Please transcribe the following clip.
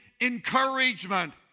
encouragement